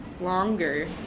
longer